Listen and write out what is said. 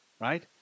right